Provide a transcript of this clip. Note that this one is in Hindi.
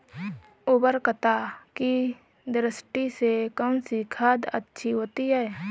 उर्वरकता की दृष्टि से कौनसी खाद अच्छी होती है?